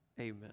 Amen